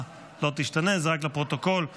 התשפ"ד 2024, לוועדת הבריאות נתקבלה.